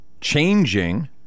changing